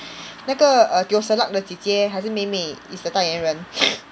那个 err Teo Ser Luck 的姐姐还是妹妹 is the 代言人